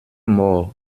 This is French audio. mort